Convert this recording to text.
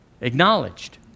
acknowledged